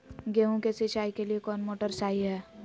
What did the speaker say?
गेंहू के सिंचाई के लिए कौन मोटर शाही हाय?